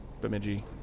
Bemidji